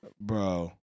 Bro